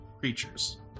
creatures